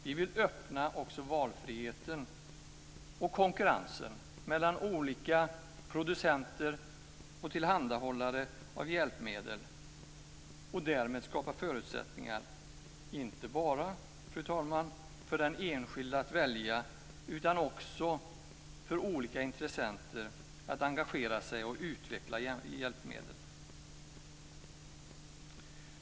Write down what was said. Vi vill öppna valfriheten och konkurrensen mellan olika producenter och tillhandahållare av hjälpmedel och därmed skapa förutsättningar inte bara för den enskilde att välja utan också för olika intressenter att engagera sig och utveckla hjälpmedel.